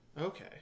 okay